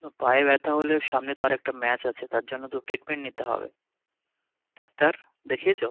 না পায়ে ব্যাথা হলে সামনে তো আরেকটা ম্যাচ আছে তার জন্য তো ট্রিটমেন্ট নিতে হবে ডাক্তার দেখিয়েছো